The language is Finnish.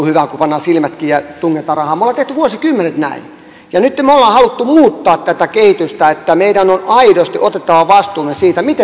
me olemme tehneet vuosikymmenet näin ja nyt me olemme halunneet muuttaa tätä kehitystä että meidän on aidosti otettava vastuu myös siitä miten se raha käytetään